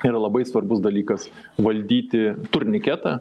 ir labai svarbus dalykas valdyti turniketą